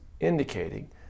indicating